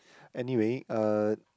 anyway uh